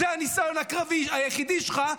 זה הניסיון הקרבי היחידי שלך,